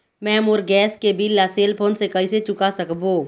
मैं मोर गैस के बिल ला सेल फोन से कइसे चुका सकबो?